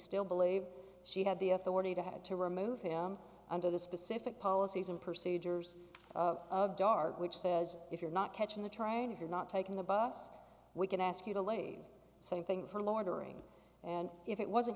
still believe she had the authority to had to remove him under the specific policies and procedures of dart which says if you're not catching the train if you're not taking the bus we can ask you to leave something for lowering and if it wasn't